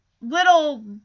little